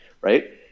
right